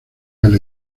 del